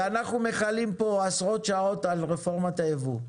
ואנחנו מכלים פה עשרות שעות על רפורמת הייבוא.